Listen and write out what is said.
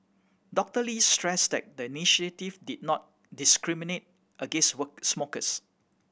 Doctor Lee stressed that the initiative did not discriminate against smokers